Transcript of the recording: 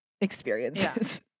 experiences